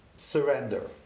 surrender